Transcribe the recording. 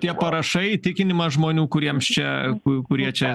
tie parašai įtikinimas žmonių kuriems čia kurie čia